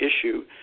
issue